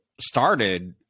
started